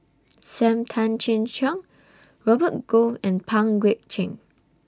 SAM Tan Chin Siong Robert Goh and Pang Guek Cheng